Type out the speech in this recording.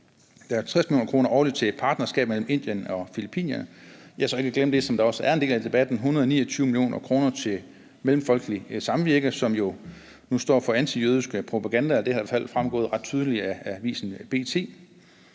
Der er 50 mio. kr. årligt til et partnerskab mellem Indien og Filippinerne og ja, så ikke at forglemme det, som også er en del af debatten: 129 mio. kr. til Mellemfolkeligt Samvirke, som nu står for antijødisk propaganda. Det er i hvert fald fremgået ret tydeligt af avisen B.T.